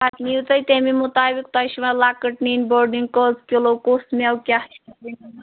پَتہٕ نِیِو تُہۍ تَمی مُطابق تۄہہِ چھِ وۅنۍ لۅکٕٹ نِنۍ بٔڈ نِنی کٔژ کِلوٗ کُس مٮ۪وٕ کیٛاہ چھُ نِیُن